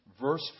verse